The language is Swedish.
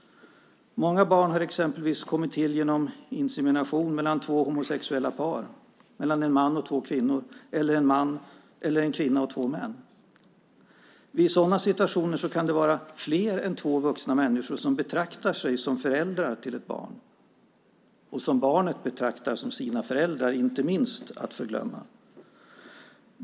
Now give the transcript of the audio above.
Många barn har exempelvis kommit till genom insemination, där två homosexuella par, en man och två kvinnor eller en kvinna och två män kan vara involverade. I sådana situationer kan det vara fler än två vuxna människor som betraktar sig som föräldrar till ett barn och som barnet, inte att förglömma, betraktar som sina föräldrar.